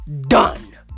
done